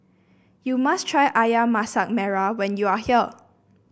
you must try ayam Masak Merah when you are here